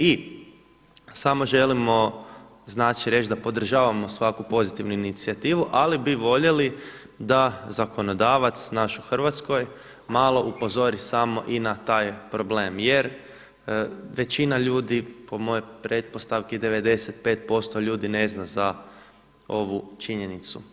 I samo želimo reći da podržavamo svaku pozitivnu inicijativu, ali bi voljeli da zakonodavac naš u hrvatskoj malo upozori samo i na taj problem jer većina ljudi po mojoj pretpostavki 95% ljudi ne zna za ovu činjenicu.